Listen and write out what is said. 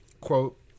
Quote